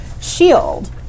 shield